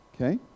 okay